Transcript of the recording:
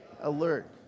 alert